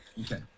Okay